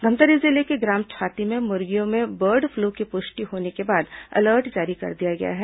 धमतरी जिले के ग्राम छाती में मुर्गियों में बर्ड फ्लू की पुष्टि होने के बाद अलर्ट जारी कर दिया गया है